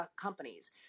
companies